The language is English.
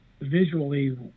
visually